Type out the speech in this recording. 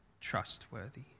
trustworthy